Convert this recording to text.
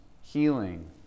healing